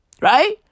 Right